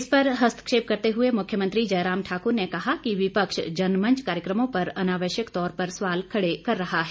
इस पर हस्तक्षेप करते हुए मुख्यमंत्री जयराम ठाक्र ने कहा कि विपक्ष जनमंच कार्यक्रमों पर अनावश्यक तौर पर सवाल खड़े कर रहा है